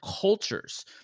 cultures